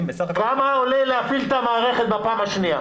בסך הכול --- כמה עולה להפעיל את המערכת בפעם השנייה?